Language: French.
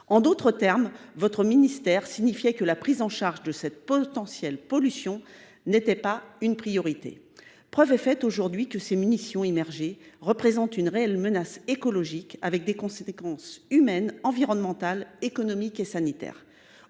En d’autres termes, votre ministère estimait que la prise en charge de cette pollution potentielle n’était pas une priorité. Preuve est faite aujourd’hui que les munitions immergées représentent une réelle menace écologique, lourde de conséquences humaines, environnementales, économiques et sanitaires.